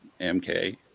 MK